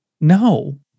No